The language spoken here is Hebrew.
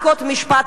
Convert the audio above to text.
רק עוד משפט,